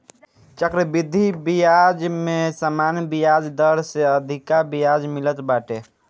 चक्रवृद्धि बियाज में सामान्य बियाज दर से अधिका बियाज मिलत बाटे